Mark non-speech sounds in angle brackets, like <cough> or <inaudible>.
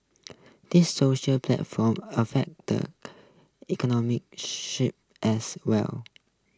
these social platform affect the <noise> economic sphere as well <noise>